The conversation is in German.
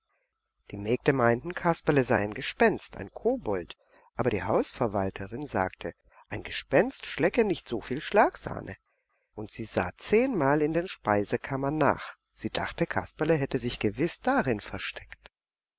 die mägde meinten kasperle sei ein gespenst ein kobold aber die hausverwalterin sagte ein gespenst schlecke nicht so viel schlagsahne und sie sah zehnmal in den speisekammern nach sie dachte kasperle hätte sich gewiß darin versteckt